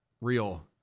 real